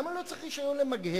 למה לא צריך רשיון למגהץ?